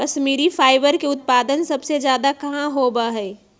Kashmiri fibre के उत्पादन सबसे ज्यादा कहाँ होबा हई?